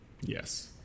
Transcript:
Yes